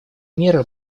меры